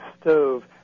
stove